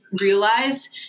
realize